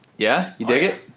yeah, you dig it?